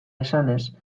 esanez